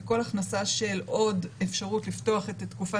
וכל הכנסה של עוד אפשרות לפתוח את תקופת